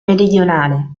meridionale